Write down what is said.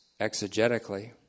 exegetically